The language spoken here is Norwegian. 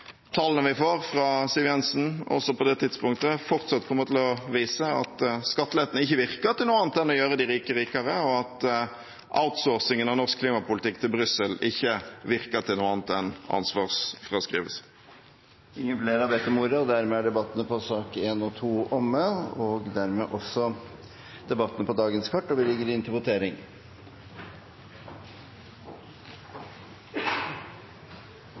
tallene vi får fra Siv Jensen, også på det tidspunktet, fortsatt kommer til å vise at skattelettene ikke virker til noe annet enn å gjøre de rike rikere, og at outsourcingen av norsk klimapolitikk til Brussel ikke virker til noe annet enn ansvarsfraskrivelse. Flere har ikke bedt om ordet til sakene nr. 1 og 2. Stortinget er klar til å gå til votering.